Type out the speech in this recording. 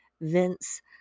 Vince